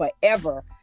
forever